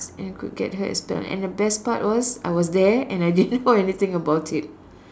and could get her expelled and the best part was I was there and I didn't know anything about it